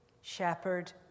shepherd